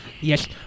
Yes